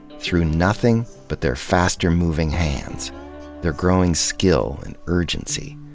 through nothing but their faster-moving hands their growing skill and urgency.